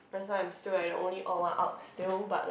that's why I'm still at the only all one out still but like